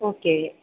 okay